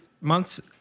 months